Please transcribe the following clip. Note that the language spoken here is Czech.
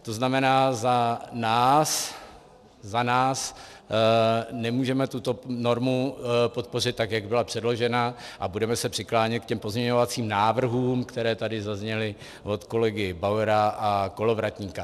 To znamená, za nás, za nás, nemůžeme tuto normu podpořit, tak jak byla předložena, a budeme se přiklánět k těm pozměňovacím návrhům, které tady zazněly od kolegy Bauera a Kolovratníka.